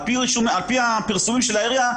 על פי הפרסומים של העירייה,